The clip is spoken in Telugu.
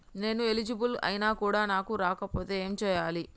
నేను ఎలిజిబుల్ ఐనా కూడా నాకు రాకపోతే ఏం చేయాలి?